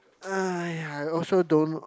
!aiya! I also don't